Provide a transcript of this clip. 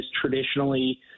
traditionally